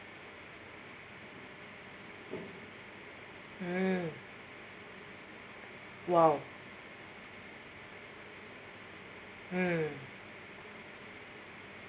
mm !wow! mm